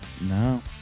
no